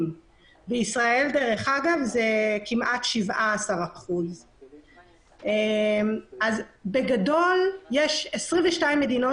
בישראל זה כמעט 17%. בגדול יש 22 מדינות